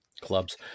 clubs